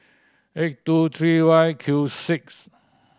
eight two three Y Q six